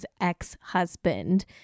ex-husband